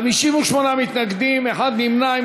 58 מתנגדים, אחד נמנע.